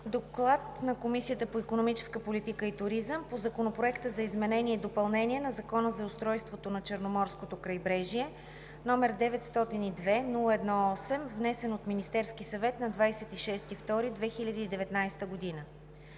„ДОКЛАД на Комисията по икономическа политика и туризъм по Законопроект за изменение и допълнение на Закона за устройството на Черноморското крайбрежие, № 902-01-8, внесен от Министерския съвет на 26 февруари